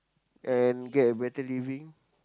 and get a better living